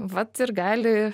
vat ir gali